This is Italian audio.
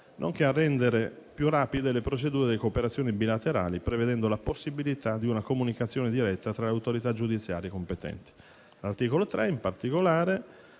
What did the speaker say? nonché a rendere più rapide le procedure di cooperazione bilaterale, prevedendo la possibilità di una comunicazione diretta tra autorità giudiziarie competenti. L'articolo 3, in particolare,